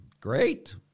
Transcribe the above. great